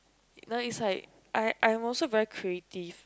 no is like I I am also very creative